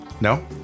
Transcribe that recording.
No